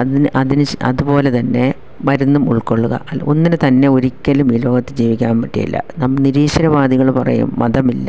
അതിന് അതിന് ശ് അതുപോലെ തന്നെ മരുന്നും ഉൾക്കൊള്ളുക ഒന്നിനു തന്നെ ഒരിക്കലും ഈ ലോകത്ത് ജീവിക്കാന് പറ്റുകേലാ നമ് നിരീശ്വര വാദികള് പറയും മതമില്ല